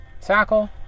Tackle